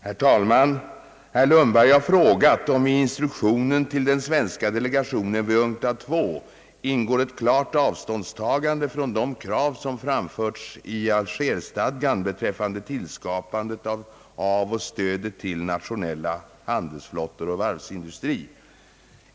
Herr talman! Herr Lundberg har frågat om i instruktionen till den svenska delegationen vid UNCTAD II ingår ett klart avståndstagande från de krav som framförts i Alger-stadgan beträffande tillskapandet av och stödet till nationella handelsflottor och varvsindustri.